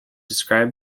described